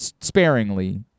sparingly